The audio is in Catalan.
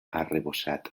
arrebossat